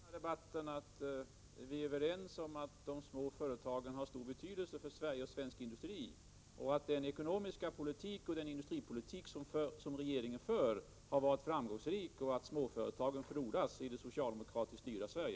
Herr talman! Det var en bra slutsats i den här debatten — att vi är överens om att de små företagen har stor betydelse för Sverige och svensk industri, att den ekonomiska politik och den industripolitik som regeringen för har varit framgångsrik och att småföretagen frodas i det socialdemokratiskt styrda Sverige.